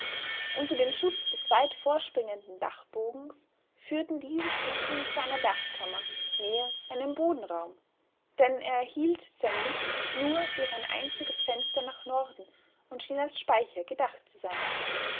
unter dem schutz des weit vorspringenden dachbogens führten diese stufen zu einer dachkammer mehr einem bodenraum denn er erhielt sein licht nur durch ein einziges fenster nach norden und schien als speicher gedacht zu sein